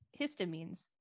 histamines